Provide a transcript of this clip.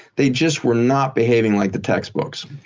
they just were not behaving like the textbooks.